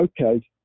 okay